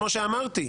כמו שאמרתי,